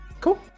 Cool